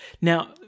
Now